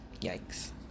Yikes